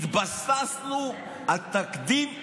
התבססנו על תקדים אולמרט.